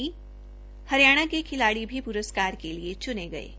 हरियाणा के खिलाड़ी भी पुरस्कार के लिए चुने गए हैं